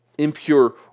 impure